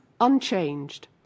unchanged